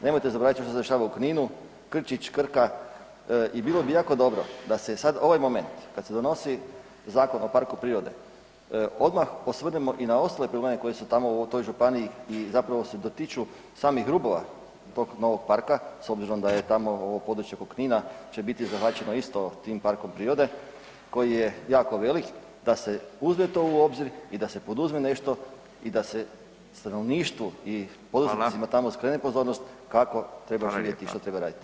Nemojte zaboraviti što se dešava u Kninu, Krčić, Krka i bilo bi jako dobro da se sada ovaj moment kada se donosi Zakon o Parku prirode odmah osvrnemo i na ostale probleme koji su tamo u toj županiji i zapravo se dotiču samih rubova tog novog parka s obzirom da je tamo ovo područje oko Knina će biti zahvaćeno isto tim parkom prirode koji je jako velik da se uzme to u obzir i da se poduzme nešto i da se stanovništvu i poduzetnicima tamo skrene pozornost kako treba živjeti i što treba raditi.